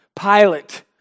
Pilate